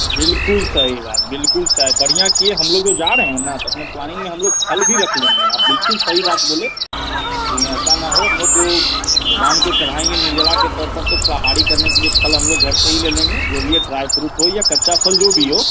बिल्कुल सही बात बिल्कुल स बढ़िया किए हम लोग तो जा रहे हैं ना तो अपना प्लानिंग में हम लोग फल भी रख लेंगे आप बिल्कुल सही बात बोले कहीं ऐसा ना हो हम लोग भगवान को चढ़ाएँगे निर्जला के तौर पर तो फलाहारी करने के लिए फल हम लोग घर से ही ले लेंगे जो भी है ड्राई फ्रूट हो या कच्चा फल जो भी हो